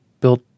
built